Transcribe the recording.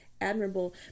admirable